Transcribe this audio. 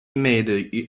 made